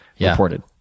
reported